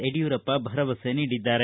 ಯಡಿಯೂರಪ್ಪ ಭರವಸೆ ನೀಡಿದ್ದಾರೆ